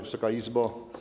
Wysoka Izbo!